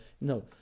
no